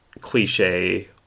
cliche